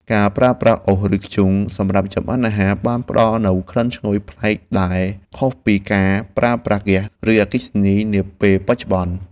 ការប្រើប្រាស់អុស ឬធ្យូងសម្រាប់ចម្អិនអាហារបានផ្ដល់នូវក្លិនឈ្ងុយប្លែកដែលខុសពីការប្រើប្រាស់ហ្គាស ឬអគ្គិសនីនាពេលបច្ចុប្បន្ន។